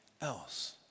else